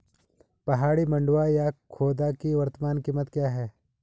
पहाड़ी मंडुवा या खोदा की वर्तमान कीमत क्या है?